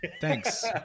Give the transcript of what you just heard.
Thanks